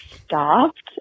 stopped